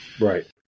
right